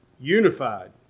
unified